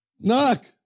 knock